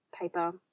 paper